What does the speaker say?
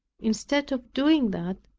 instead of doing that,